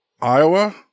Iowa